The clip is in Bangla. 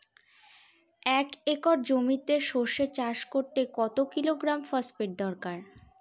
এক একর জমিতে সরষে চাষ করতে কত কিলোগ্রাম ফসফেট দরকার?